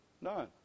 None